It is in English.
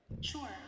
sure